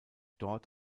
dort